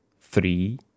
three